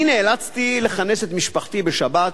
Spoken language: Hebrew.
אני נאלצתי לכנס את משפחתי בשבת